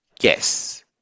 Yes